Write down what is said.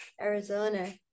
Arizona